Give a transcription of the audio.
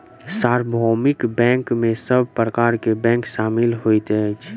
सार्वभौमिक बैंक में सब प्रकार के बैंक शामिल होइत अछि